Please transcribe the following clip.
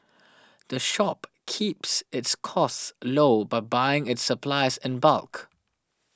the shop keeps its costs low by buying its supplies in bulk